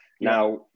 Now